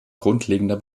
grundlegender